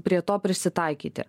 prie to prisitaikyti